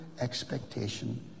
expectation